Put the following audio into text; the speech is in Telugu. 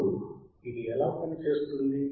ఇప్పుడు ఇది ఎలా పనిచేస్తుంది